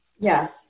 Yes